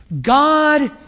God